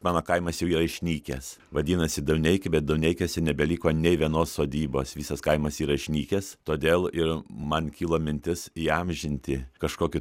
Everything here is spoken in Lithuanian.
mano kaimas jau yra išnykęs vadinasi dauneikiai bet dauneikiuose nebeliko nei vienos sodybos visas kaimas yra išnykęs todėl ir man kilo mintis įamžinti kažkokiu